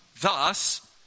Thus